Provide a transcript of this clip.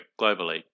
globally